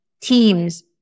teams